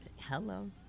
Hello